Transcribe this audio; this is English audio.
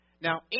Now